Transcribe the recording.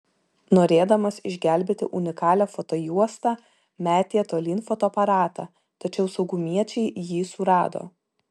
norėdamas išgelbėti unikalią fotojuostą metė tolyn fotoaparatą tačiau saugumiečiai jį surado